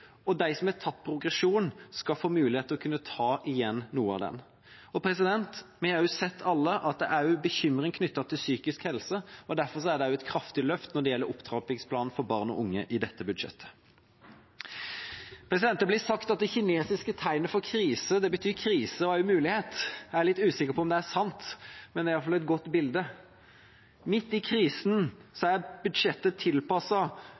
og at de som har tapt progresjon, skal få mulighet til å kunne ta igjen noe av det. Vi har alle sett at det også er bekymring knyttet til psykisk helse, og derfor er det et kraftig løft når det gjelder opptrappingsplanen for barn og unge i dette budsjettet. Det blir sagt at det kinesiske tegnet for krise betyr både krise og mulighet. Jeg er litt usikker på om det er sant, men det er i hvert fall et godt bilde. Midt i krisen